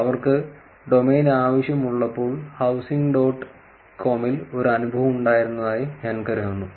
അവർക്ക് ഡൊമെയ്ൻ ആവശ്യമുള്ളപ്പോൾ housing dot കോമിൽ ഒരു അനുഭവം ഉണ്ടായിരുന്നതായി ഞാൻ കരുതുന്നു